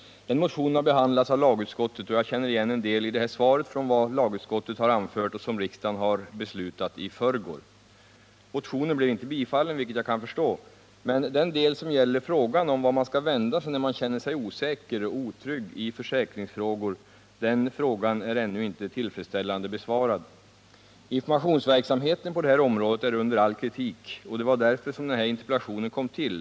Motionen har behandlats i lagutskottet, och jag känner igen en hel del i det här svaret från vad lagutskottet anfört och riksdagen beslutade om i förrgår. Motionen blev inte bifallen, vilket jag kan förstå, men frågan om vart man skall vända sig när man känner sig osäker och otrygg i försäkringsfrågor är fortfarande inte tillfredsställande besvarad. Informationsverksamheten på området är under all kritik, och det var därför som den här interpellationen kom till.